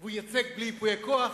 והוא ייצג בלי ייפוי כוח?